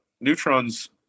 neutrons